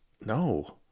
No